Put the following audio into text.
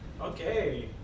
Okay